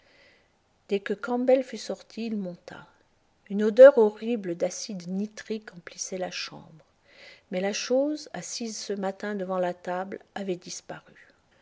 dès que campbell fut sorti il monta une odeur horrible d'acide nitrique emplissait la chambre mais la chose assise ce matin devant la table avait disparu